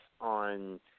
on